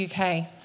UK